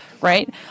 right